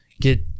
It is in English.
get